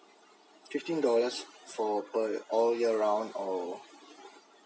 fifteen dollars for per all year round or